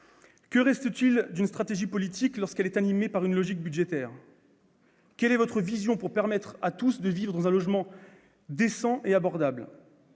Que reste-t-il d'une stratégie politique lorsqu'elle est animée par une logique budgétaire ? Quelle est votre vision pour permettre à tous de vivre dans un logement décent et abordable ?